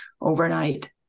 overnight